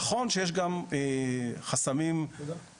נכון שיש גם חסמים פרוייקטאלים,